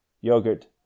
yogurt